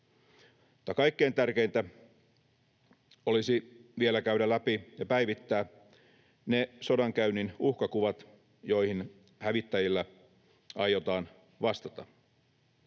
kaikkein tärkeintä olisi vielä käydä läpi ja päivittää ne sodankäynnin uhkakuvat, joihin hävittäjillä aiotaan vastata.